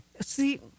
See